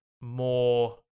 more